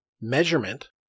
measurement